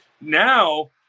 Now